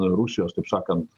rusijos taip sakant